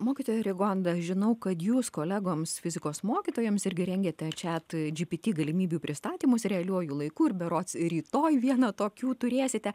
mokytoja rigonda žinau kad jūs kolegoms fizikos mokytojams irgi rengiate chatgpt galimybių pristatymus realiuoju laiku ir berods rytoj viena tokių turėsite